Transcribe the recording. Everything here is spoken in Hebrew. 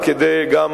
ובכן,